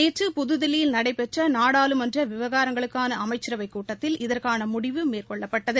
நேற்று புதுதில்லியில் நடைபெற்ற நாடாளுமன்ற விவகாரங்களுக்கான அமைச்சரவை கூட்டத்தில் இதற்கான முடிவு மேற்கொள்ளப்பட்டது